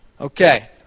Okay